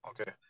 Okay